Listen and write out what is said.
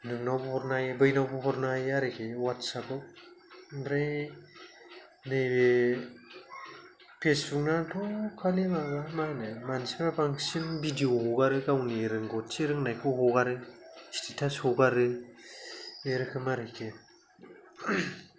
नोंनावबो हरनो हायो बैनावबो हरनो हायो आरोखि अवाटसएप ओमफ्राय नैबे फेस्बुकनाथ' खालि माबा मानोहोन मानसिफोर बांसिन भिडिय' हगारो गावनि रोंगथि रोंनायखौ हगारो स्टेटास हगारो बेरोखोम आरोखि